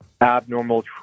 abnormal